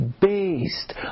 based